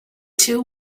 two